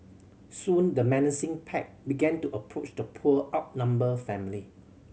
soon the menacing pack began to approach the poor outnumbered family